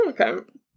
Okay